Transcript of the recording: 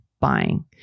buying